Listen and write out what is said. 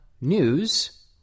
news